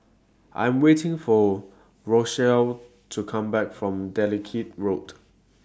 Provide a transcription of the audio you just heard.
I'm waiting For Rochelle to Come Back from Dalkeith Road